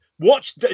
Watch